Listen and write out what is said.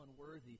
unworthy